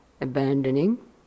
abandoning